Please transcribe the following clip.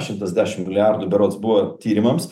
šimtas dešim milijardų berods buvo tyrimams